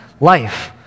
life